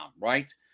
right